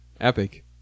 epic